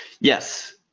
yes